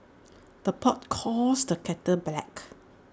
the pot calls the kettle black